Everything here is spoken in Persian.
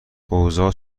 اوضاع